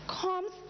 comes